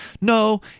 No